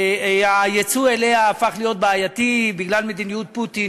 הייצוא אליה הפך להיות בעייתי בגלל מדיניות פוטין,